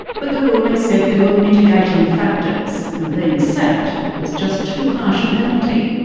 but the ruling said there were mitigating factors, and being sacked was just too harsh a penalty.